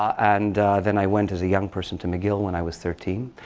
and then i went, as a young person, to mcgill, when i was thirteen.